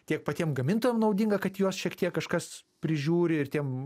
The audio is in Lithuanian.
tiek patiem gamintojam naudinga kad juos šiek tiek kažkas prižiūri ir tiem